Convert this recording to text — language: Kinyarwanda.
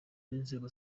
n’inzego